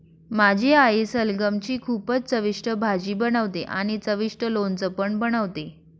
माझी आई सलगम ची खूपच चविष्ट भाजी बनवते आणि चविष्ट लोणचं पण बनवते